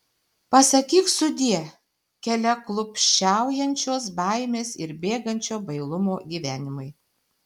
pasakyk sudie keliaklupsčiaujančios baimės ir bėgančio bailumo gyvenimui